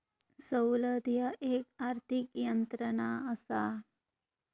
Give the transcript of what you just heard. सवलत ह्या एक आर्थिक यंत्रणा असा